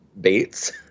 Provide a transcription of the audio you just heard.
Bates